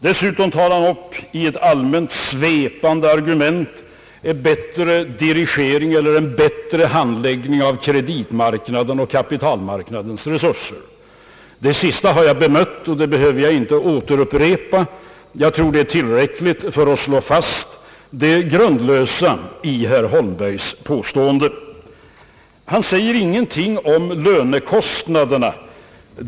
Dessutom tar han i ett allmänt svepande argument upp sådana saker som en bättre dirigering eller bättre handläggning av kreditmarknadens och kapitalmarknadens resurser. Det sista påståendet har jag redan bemött, och jag behöver i den delen inte upprepa vad jag sagt. Jag tror det är tillräckligt att slå fast det grundlösa i herr Holmbergs påstående. Han nämner ingenting om lönekostnaderna.